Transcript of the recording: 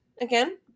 again